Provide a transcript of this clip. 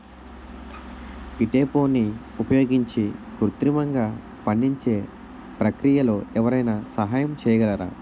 ఈథెఫోన్ని ఉపయోగించి కృత్రిమంగా పండించే ప్రక్రియలో ఎవరైనా సహాయం చేయగలరా?